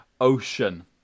ocean